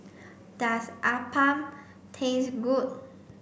does Appam taste good